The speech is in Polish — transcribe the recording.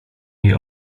jej